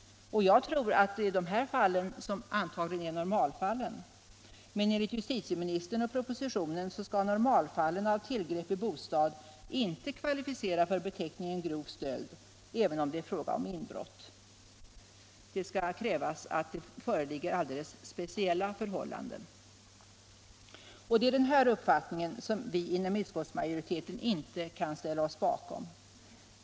De här fallen är antagligen normalfallen, men enligt justitieministern och propositionen skall normalfallen av tillgrepp i bostad inte kvalificera för beteckningen grov stöld, även om det är fråga om inbrott — det skall krävas att det föreligger alldeles speciella förhållanden. Det är den här uppfattningen som vi inom utskottsmajoriteten inte kan ställa oss bakom.